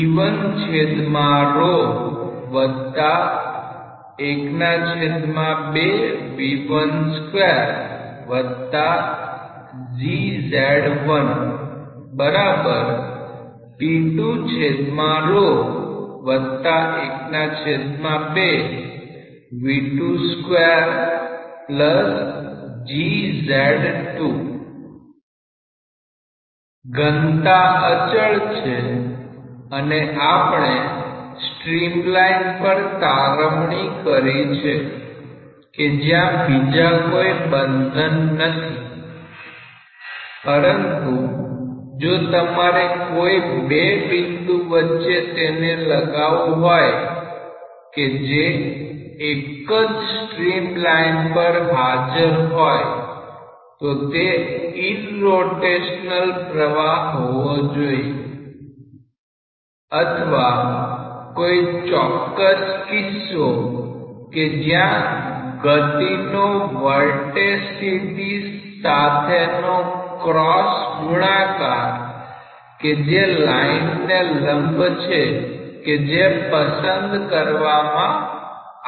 ઘનતા અચળ છે અને આપણે સ્ટ્રીમ લાઇન પર તારવણી કરી છે કે જ્યાં બીજા કોઈ બંધન નથી પરંતુ જો તમારે કોઈ બે બિંદુ વચ્ચે તેને લગાવવું હોય કે જે એક જ સ્ટ્રીમલાઇન પર હજાર હોય તો તે ઇરરોટેશનલ પ્રવાહ હોવો જોઈએ અથવા કોઈ ચોક્કસ કિસ્સો કે જ્યાં ગતિનો વર્ટેસિટી સાથેનો ક્રોસ ગુણાકાર કે જે લાઇનને લંબ છે કે જે પસંદ કરવામાં આવેલ છે